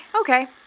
Okay